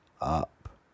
up